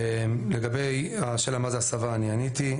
לגבי השאלה מה זה הסבה, אני עניתי.